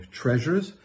treasures